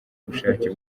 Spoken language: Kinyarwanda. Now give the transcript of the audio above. ubushake